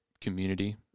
community